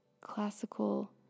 classical